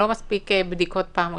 זה לא מספיק בדיקות פעם ראשונה.